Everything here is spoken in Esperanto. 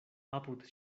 apud